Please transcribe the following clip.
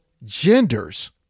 Genders